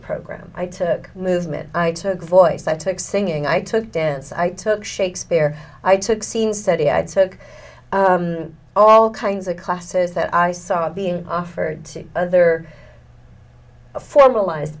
program i took movement i took voice i took singing i took dance i took shakespeare i took scene setting i took all kinds of classes that i saw being offered to other formalized